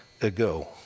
ago